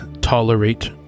tolerate